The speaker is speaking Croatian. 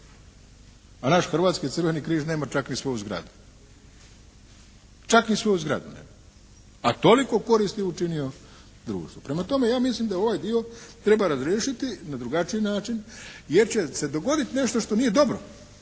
a naš Hrvatski crveni križ nema čak ni svoju zgradu. Čak ni svoju zgradu nema, a toliko koristi učinio društvu. Prema tome, ja mislim da ovaj dio treba razriješiti na drugačiji način jer će se dogoditi nešto što nije dobro,